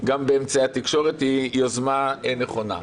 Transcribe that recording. באמצעי התקשורת, היא יוזמה נכונה.